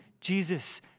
Jesus